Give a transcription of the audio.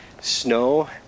snow